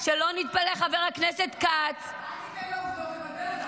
חבר הכנסת כץ -- אל תיתן לעובדות לבלבל אותה.